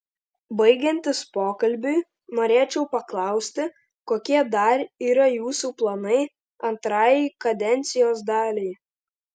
baigiantis pokalbiui norėčiau paklausti kokie dar yra jūsų planai antrajai kadencijos daliai